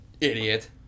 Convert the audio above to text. idiot